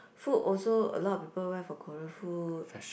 food also a lot of people went for Korean food